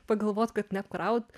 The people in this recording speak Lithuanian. pagalvot kad neapkraut